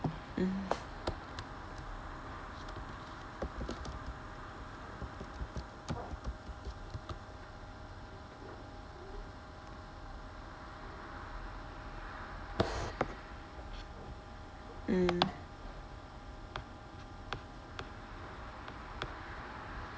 mm mm